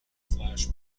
flash